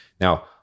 Now